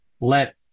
let